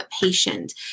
patient